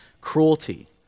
cruelty